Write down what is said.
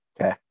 okay